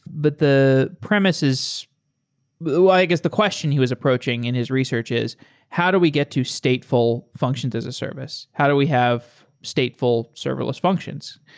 but the premise is i guess the question he was approaching in his research is how do we get to stateful functions as a service? how do we have stateful serverless functions?